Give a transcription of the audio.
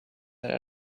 that